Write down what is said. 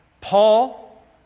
Paul